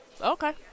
Okay